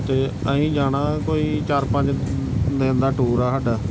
ਅਤੇ ਅਸੀਂ ਜਾਣਾ ਕੋਈ ਚਾਰ ਪੰਜ ਦਿਨ ਦਾ ਟੂਰ ਆ ਸਾਡਾ